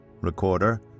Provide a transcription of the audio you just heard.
recorder